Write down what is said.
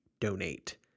donate